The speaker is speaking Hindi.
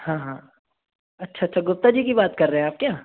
हाँ हाँ अच्छा अच्छा गुप्ता जी की बात कर रहे हैं आप क्या